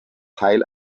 teil